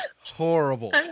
Horrible